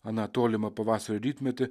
aną tolimą pavasario rytmetį